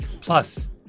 Plus